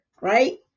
right